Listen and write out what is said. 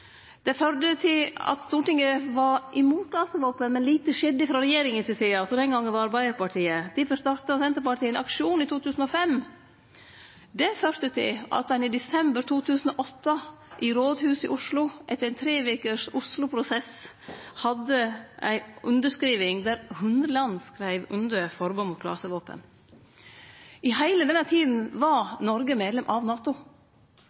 Det førte til at Stortinget var imot klasevåpen, men lite skjedde frå regjeringa si side, som den gongen var ei Arbeidarparti-regjering, og difor starta Senterpartiet ein aksjon i 2005. Det førte til at ein i desember 2008 i rådhuset i Oslo – etter ein tre vekers Oslo-prosess – hadde ei underskriving der 100 land skreiv under på forbodet mot klasevåpen. I heile denne tida var Noreg medlem av NATO,